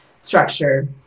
structure